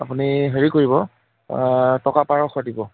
আপুনি হেৰি কৰিব টকা বাৰশ দিব